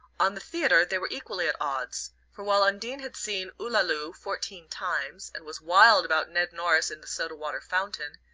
on the theatre they were equally at odds, for while undine had seen oolaloo fourteen times, and was wild about ned norris in the soda-water fountain,